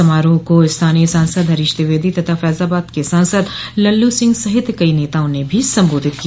समारोह को स्थानीय सांसद हरीश द्विवेदी तथा फैजाबाद क सांसद लल्लू सिंह सहित कई नेताओं ने भी संबोधित किया